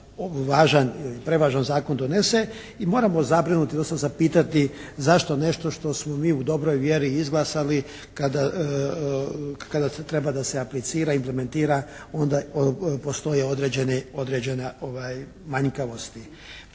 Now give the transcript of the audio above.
važan i prevažan zakon donese. I moramo zabrinuti, odnosno zapitati zašto nešto što smo mi u dobroj vjeri izglasali kada treba da se aplicira, implementira onda postoje određene manjkavosti.